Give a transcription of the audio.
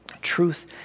truth